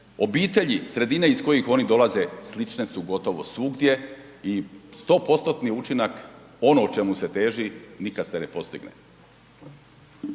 obitelji, sredine iz kojih oni dolaze slične su gotovo svugdje i 100%-ni učinak ono čemu se teži nikad se ne postigne.